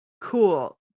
cool